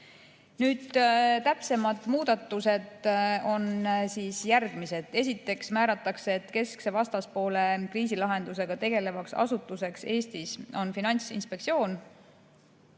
jaanuarist. Täpsemad muudatused on järgmised. Esiteks määratakse, et keskse vastaspoole kriisilahendusega tegelevaks asutuseks Eestis on Finantsinspektsioon.